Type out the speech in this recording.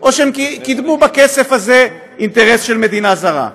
או שהם קידמו בכסף הזה אינטרס של מדינה זרה?